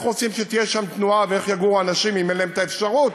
איך רוצים שתהיה שם תנועה ואיך יגורו אנשים אם אין להם האפשרות?